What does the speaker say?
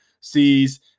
sees